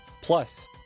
plus